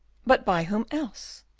but by whom else?